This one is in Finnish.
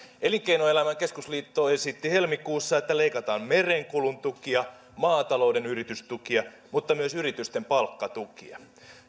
elinkeinoelämän keskusliitto esitti helmikuussa että leikataan merenkulun tukia maatalouden yritystukia mutta myös yritysten palkkatukia